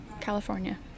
California